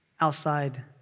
outside